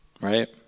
Right